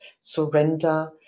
surrender